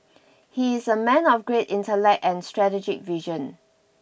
he is a man of great intellect and strategic vision